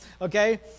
okay